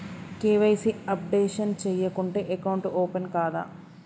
KYC updation చేయకుంటే account open కాదా?